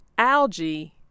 Algae